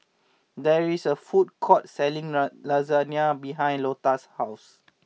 there is a food court selling Lasagne behind Lotta's house